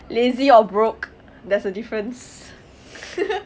lazy or broke there's a difference